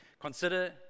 consider